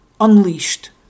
unleashed